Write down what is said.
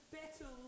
better